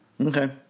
Okay